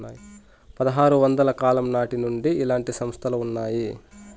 పదహారు వందల కాలం నాటి నుండి ఇలాంటి సంస్థలు ఉన్నాయి